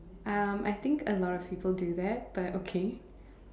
um I think a lot of people do that but okay